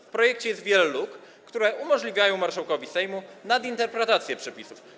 W projekcie jest wiele luk, które umożliwiają marszałkowi Sejmu nadinterpretację przepisów.